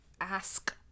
ask